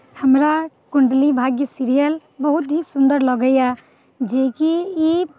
हमरा कुण्डली भाग्य सीरियल बहुत ही सुन्दर लगैए जेकि ई